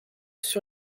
sur